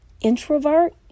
introvert